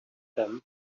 them